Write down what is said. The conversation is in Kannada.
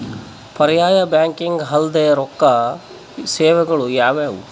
ಪರ್ಯಾಯ ಬ್ಯಾಂಕಿಂಗ್ ಅಲ್ದೇ ರೊಕ್ಕ ಸೇವೆಗಳು ಯಾವ್ಯಾವು?